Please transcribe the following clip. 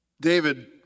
David